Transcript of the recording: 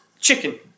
chicken